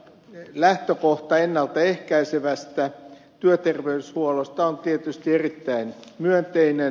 tämä lähtökohta ennalta ehkäisevästä työterveyshuollosta on tietysti erittäin myönteinen